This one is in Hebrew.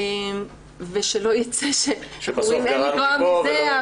ושלא יצא שאומרים אין לגרוע מזה,